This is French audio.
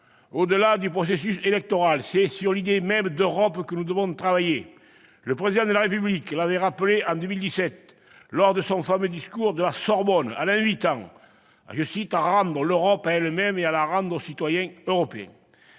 au-delà du processus électoral, c'est sur l'idée même d'Europe que nous devons travailler. Le Président de la République l'avait rappelé en 2017, lors de son fameux discours de la Sorbonne, en invitant à « rendre l'Europe à elle-même et à la rendre aux citoyens européens ».